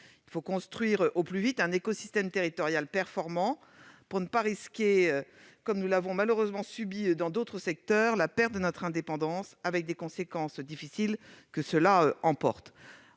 Il faut construire au plus vite un écosystème territorial performant pour ne pas risquer, comme nous l'avons malheureusement subi dans d'autres secteurs, la perte de notre indépendance, avec les conséquences douloureuses que cela emporte.